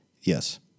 Yes